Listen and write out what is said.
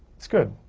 it's good.